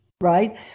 right